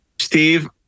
Steve